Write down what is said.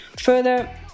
further